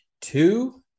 two